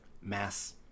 Mass